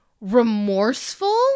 remorseful